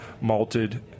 malted